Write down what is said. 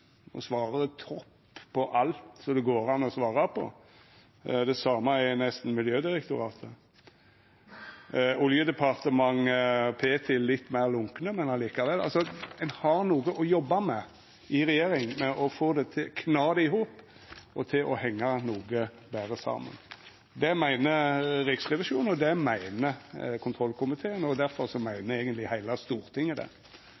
topp på alt som det går an å svara på, og det er nesten det same for Miljødirektoratet. Oljedirektoratet og Ptil er litt meir lunkne, men likevel. Ein har noko å jobba med i regjeringa med å kna det i hop og få det til å hengja noko betre saman. Det meiner Riksrevisjonen, det meiner kontrollkomiteen, og difor meiner eigentleg heile Stortinget det.